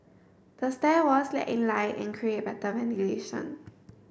the stair walls let in light and create better ventilation